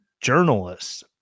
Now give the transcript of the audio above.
journalists